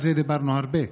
על זה דיברנו הרבה,